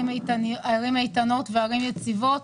יציבות,